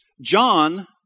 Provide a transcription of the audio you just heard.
John